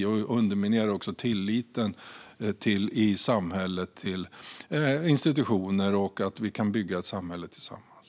Den underminerar också såväl tilliten i samhället till institutioner som möjligheten att bygga ett samhälle tillsammans.